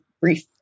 brief